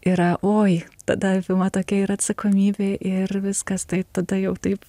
yra oi tada apima tokia ir atsakomybė ir viskas tai tada jau taip